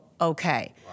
okay